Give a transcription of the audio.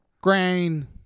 grain